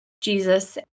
Jesus